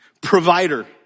provider